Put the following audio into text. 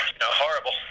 horrible